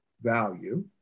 value